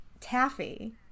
Taffy